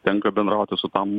tenka bendrauti su tam